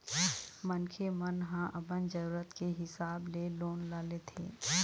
मनखे मन ह अपन जरुरत के हिसाब ले लोन ल लेथे